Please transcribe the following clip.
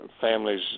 families